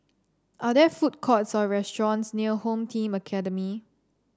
are there food courts or restaurants near Home Team Academy